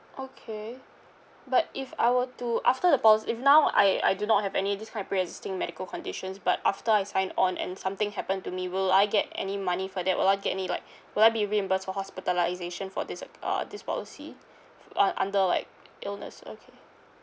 okay but if I were to after the if now I I do not have any these kind of pre-existing medical conditions but after I sign on and something happen to me will I get any money for that will I get any like will I be reimbursed for hospitalisation for this acc~ uh this policy f~ uh under like illness okay